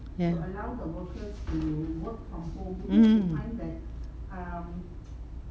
ya mm